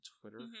Twitter